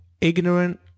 ignorant